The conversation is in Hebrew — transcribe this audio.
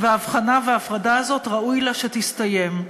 וההבחנה וההפרדה הזאת ראוי לה שתסתיים.